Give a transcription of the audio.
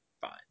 fine